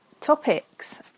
Topics